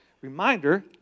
reminder